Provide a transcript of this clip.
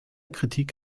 kritik